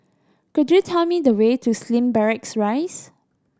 could you tell me the way to Slim Barracks Rise